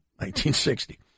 1960